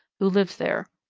who lives there.